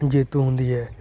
ਜੇਤੂ ਹੁੰਦੀ ਹੈ